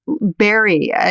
Barry